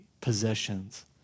possessions